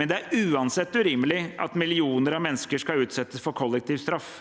men det er uansett urimelig at millioner av mennesker skal utsettes for kollektiv straff.